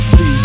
See